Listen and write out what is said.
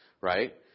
right